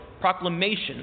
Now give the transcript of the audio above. proclamation